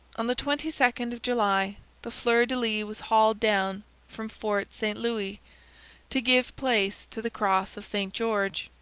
on the twenty second of july the fleur-de-lis was hauled down from fort st louis to give place to the cross of st george.